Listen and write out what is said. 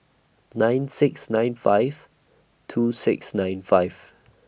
nine six nine five two six nine five